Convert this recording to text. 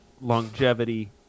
longevity